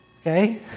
Okay